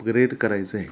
upgrade करायचं आहे